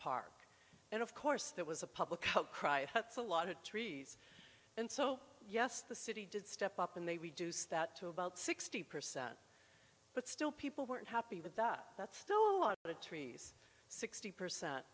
park and of course there was a public outcry a lot of trees and so yes the city did step up and they reduce that to about sixty percent but still people weren't happy with that that's still on the trees sixty percent